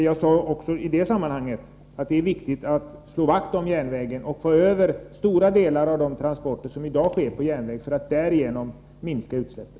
Jag sade i det sammanhanget att det är viktigt att slå vakt om järnvägen, och att man skall försöka få över stora delar av biltransporterna till järnväg för att därigenom minska utsläppen.